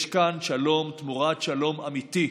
יש כאן שלום תמורת שלום אמיתי.